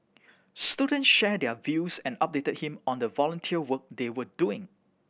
students shared their views and updated him on the volunteer work they were doing